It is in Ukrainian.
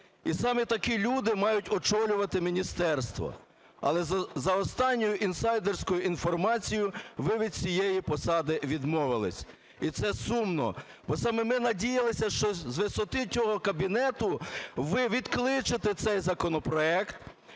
і саме такі люди мають очолювати міністерство, але за останньою інсайдерською інформацією ви від цієї посади відмовились. І це сумно. Бо саме ми надіялися, що з висоти цього кабінету ви відкличете цей законопроект,